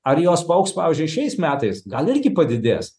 ar jos paaugs pavyzdžiui šiais metais gal irgi padidės